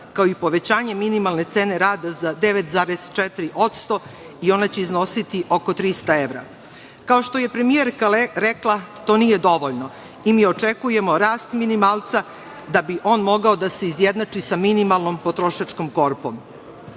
kao i povećanje minimalne cene rada za 9,4% i ona će iznositi oko 300 evra. Kao što je premijerka rekla, to nije dovoljno i mi očekujemo rast minimalca, da bi on mogao da se izjednači sa minimalnom potrošačkom korpom. Nama